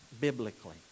biblically